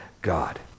God